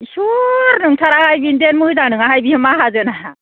इस्वर नंथाराहाय बेनोदेन मोजां नङाहाय बियो माहाजोना